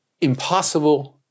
impossible